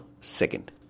second